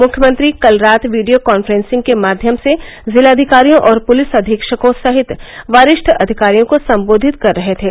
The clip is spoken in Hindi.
मुख्यमंत्री कल रात वीडियो कॉन्फ्रॅसिंग के माध्यम से जिलाधिकारियों और पुलिस अधीक्षकों सहित वरिष्ठ अधिकारियों को सम्बोधित कर रहे थे